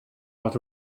what